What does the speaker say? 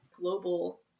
global